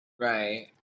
Right